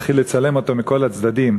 התחיל לצלם אותו מכל הצדדים.